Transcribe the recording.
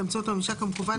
באמצעות הממשק המקוון,